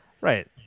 Right